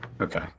Okay